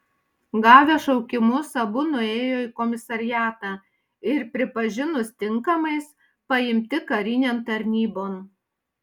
gavę šaukimus abu nuėjo į komisariatą ir pripažinus tinkamais paimti karinėn tarnybon